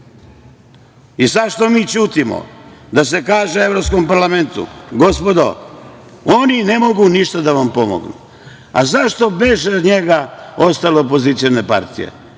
sad mi ćutimo? Da se kaže Evropskom parlamentu – gospodo, oni ne mogu ništa da vam pomognu. Zašto beže od njega ostale opozicione partije?